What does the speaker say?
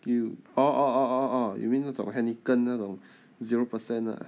you orh orh orh orh you mean 那种 heineken 那种 zero percent ah